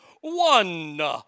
One